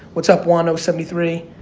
what's up wano seventy three,